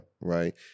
right